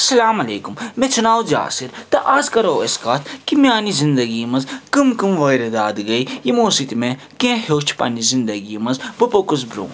اَسَلامُ علیکُم مےٚ چھُ ناو جاسِر تہٕ اَز کَرَو أسۍ کتھ کہِ میٛانہِ زِنٛدگی مَنٛز کٔم کٔم وٲرۍدات گٔے یِمو سۭتۍ مےٚ کیٚنٛہہ ہیٚوچھ پَننہِ زِنٛدگی مَنٛز بہٕ پوٚکُس برٛونٛٹھ